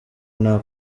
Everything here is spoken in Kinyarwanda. nta